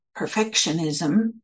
perfectionism